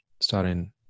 starting